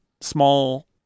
small